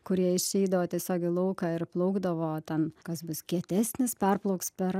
kur jie išeidavo tiesiog į lauką ir plaukdavo ten kas bus kietesnis perplauks per